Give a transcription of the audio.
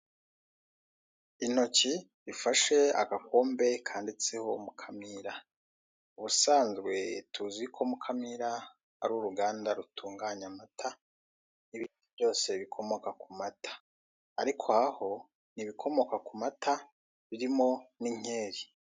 Intoki zifashe agakombe kanditseho mukamira, ubusazwe tuziko mukamira ari uruganda rutunganya amata n'ibindi byose bikomoka ku mata ariko aha ho ni ibikomoka ku mata birimo n'inkeri.